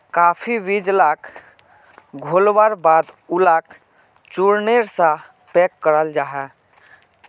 काफी बीज लाक घोल्वार बाद उलाक चुर्नेर सा पैक कराल जाहा